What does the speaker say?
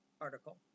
article